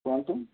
କୁହନ୍ତୁ